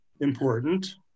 important